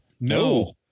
no